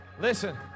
Listen